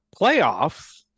Playoffs